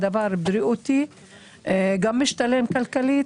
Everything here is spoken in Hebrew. הדבר הוא בריאותי - גם משתלם כלכלית,